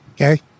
Okay